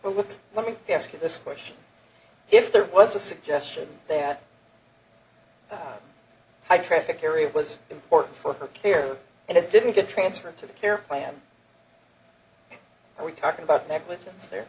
look let me ask you this question if there was a suggestion that high traffic area was important for her care and it didn't get transferred to the care plan are we talking about negligence there